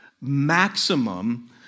maximum